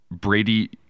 Brady